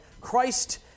Christ